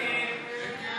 ההסתייגות (6) של חברי הכנסת